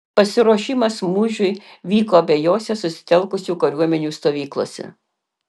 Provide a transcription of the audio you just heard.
pasiruošimas mūšiui vyko abiejose susitelkusių kariuomenių stovyklose